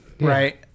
Right